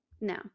no